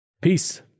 Peace